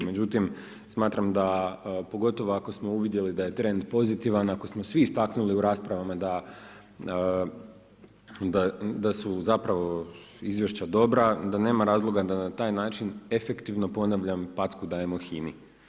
Međutim, smatram da pogotovo ako smo uvidjeli da je trend pozitivan, ako smo svi istaknuli u raspravama da su zapravo izvješća dobra i da nema razloga da na taj način efektivno ponavljam, packu dajemo HINA-i.